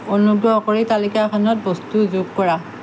অনুগ্ৰহ কৰি তালিকাখনত বস্তু যোগ কৰা